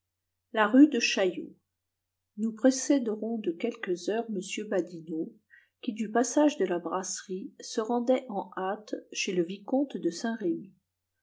la rue de chaillot nous précéderons de quelques heures m badinot qui du passage de la brasserie se rendait en hâte chez le vicomte de saint-remy